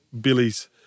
Billy's